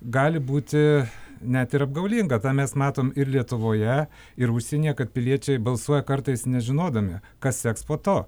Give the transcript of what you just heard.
gali būti net ir apgaulinga tą mes matom ir lietuvoje ir užsienyje kad piliečiai balsuoja kartais nežinodami kas seks po to